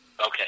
Okay